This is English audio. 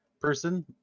person